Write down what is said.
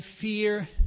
fear